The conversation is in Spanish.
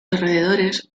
alrededores